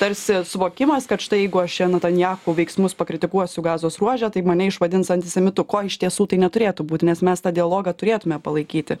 tarsi suvokimas kad štai jeigu aš čia netanjachu veiksmus pakritikuosiu gazos ruože tai mane išvadins antisemitu ko iš tiesų tai neturėtų būti nes mes tą dialogą turėtume palaikyti